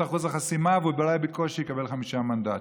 אחוז החסימה ואולי בקושי יקבל חמישה מנדטים.